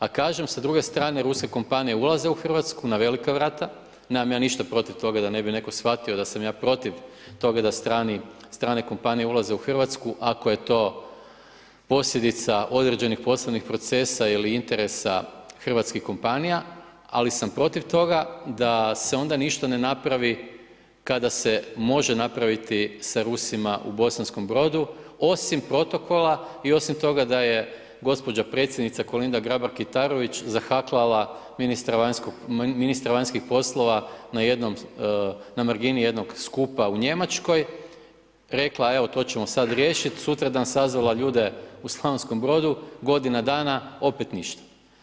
A kažem sa druge strane ruske kompanije ulaze u Hrvatsku na velika vrata, nemam ja ništa protiv toga da ne bi neko shvatio da sam ja protiv toga da strane kompanije ulaze u Hrvatsku, ako je to posljedica određenih poslovnih procesa ili interesa hrvatskih kompanija, ali sam protiv toga da se onda ništa ne napravi kada se može napraviti sa Rusima u Bosanskom Brodu osim protokola i osim toga da je gospođa predsjednica KOlinda Grabar Kitarović zahaklala ministra vanjskih poslova na margini jednog skupa u Njemačkoj, rekla evo to ćemo sada riješiti, sutradan sazvala ljude u Slavonskom brodu, godina dana opet ništa.